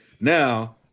now